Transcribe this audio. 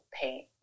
paint